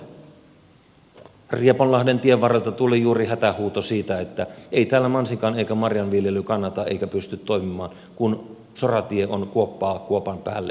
rieponlahden tien varrelta tuli juuri hätähuuto siitä että ei täällä mansikan eikä marjanviljely kannata eikä pysty toimimaan kun soratie on kuoppaa kuopan päälle ja vieressä